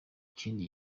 kindi